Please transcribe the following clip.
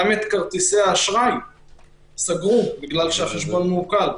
גם את כרטיסי האשראי סגרו כי החשבון מעוקל.